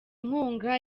inkunga